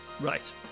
Right